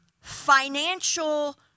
financial